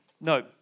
no